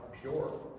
pure